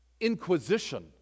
inquisition